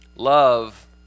Love